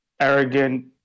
arrogant